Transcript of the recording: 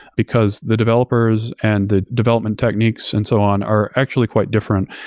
because the developers and the development techniques and so on are actually quite different,